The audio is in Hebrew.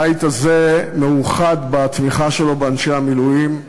הבית הזה מאוחד בתמיכה שלו באנשי המילואים.